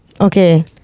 Okay